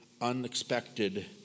unexpected